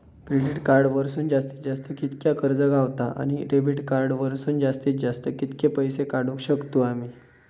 Credit card वरसून जास्तीत जास्त कितक्या कर्ज गावता, आणि डेबिट कार्ड वरसून जास्तीत जास्त कितके पैसे काढुक शकतू आम्ही?